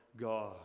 God